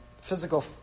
physical